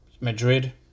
Madrid